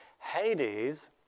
Hades